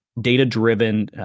data-driven